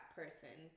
person